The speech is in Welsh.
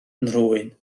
nhrwyn